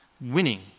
Winning